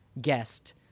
guest